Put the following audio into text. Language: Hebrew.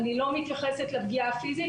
אני לא מתייחסת לפגיעה הפיזית,